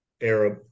arab